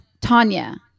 Tanya